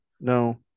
No